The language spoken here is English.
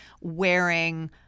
wearing